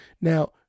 Now